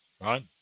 right